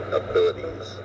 abilities